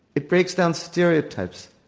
it breaks down stereotypes.